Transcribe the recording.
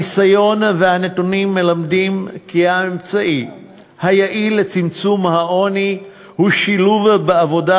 הניסיון והנתונים מלמדים כי האמצעי היעיל לצמצום העוני הוא שילוב בעבודה